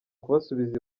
kubasubiza